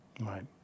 Right